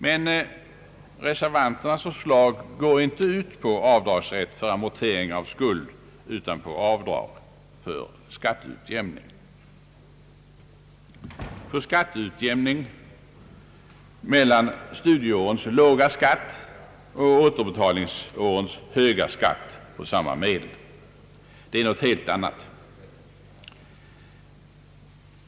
Men reservanternas förslag går inte ut på avdragsrätt för amorteringar av skuld utan på avdrag för skatteutjämning mellan studieårens låga skatt och återbetalningsårens höga skatt på samma medel, vilket är någonting helt annat.